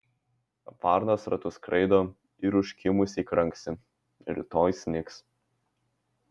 varnos ratu skraido ir užkimusiai kranksi rytoj snigs